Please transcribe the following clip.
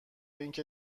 اینکه